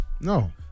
No